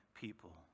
people